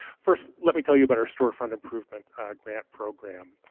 first lit me tell you about our storefront improvement grant program.